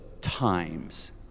times